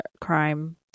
crime